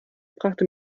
brachte